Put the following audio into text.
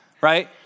right